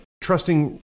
trusting